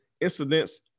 incidents